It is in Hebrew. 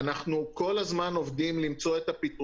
אנחנו שומרים וזה מסומן בדרך כלל בסרט